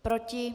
Proti?